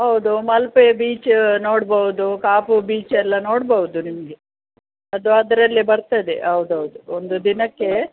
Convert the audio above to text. ಹೌದು ಮಲ್ಪೆ ಬೀಚ್ ನೋಡ್ಬೌದು ಕಾಪು ಬೀಚ್ ಎಲ್ಲ ನೋಡ್ಬೌದು ನಿಮಗೆ ಅದು ಅದರಲ್ಲೆ ಬರ್ತದೆ ಹೌದ್ ಹೌದು ಒಂದು ದಿನಕ್ಕೆ